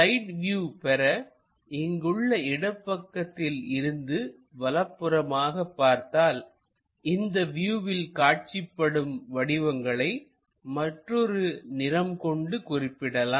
side view பெற இங்குள்ள இடப்பக்கத்தில் இருந்து வலப்புறமாக பார்த்தால் இந்த வியூவில் காட்சிப்படும் வடிவங்களை மற்றொரு நிறம் கொண்டு குறிப்பிடலாம்